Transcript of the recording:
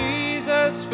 Jesus